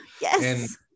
Yes